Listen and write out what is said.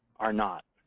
are not.